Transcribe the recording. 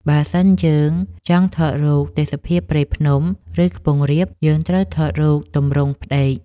បើសិនយើងចង់ថតរូបទេសភាពព្រៃភ្នំ ឬខ្ពង់រាប យើងត្រូវថតរូបទម្រង់ផ្ដេក។